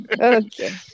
Okay